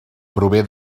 prové